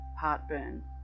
heartburn